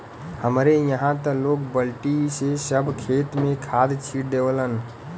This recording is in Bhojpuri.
हमरे इहां त लोग बल्टी से सब खेत में खाद छिट देवलन